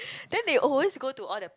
then they always go to all the